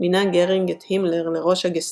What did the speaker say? מינה גרינג את הימלר לראש הגסטפו,